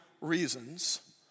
reasons